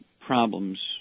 problems